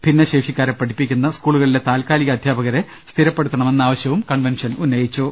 ഭിന്നശേഷിക്കാരെ പഠിപ്പിക്കുന്ന സ്കൂളുകളിലെ താൽകാലിക അധ്യാപകരെ സ്ഥിരപ്പെടുത്തണ മെന്നും കൺവെൻഷൻ ആവശ്യപ്പെട്ടു